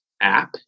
app